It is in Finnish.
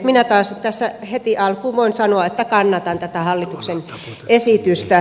minä taas tässä heti alkuun voin sanoa että kannatan tätä hallituksen esitystä